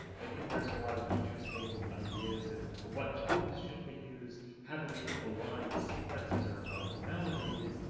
i think there's a lot of interesting ideas of what tools should we use? how do we align sequences or align melodies?